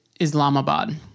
Islamabad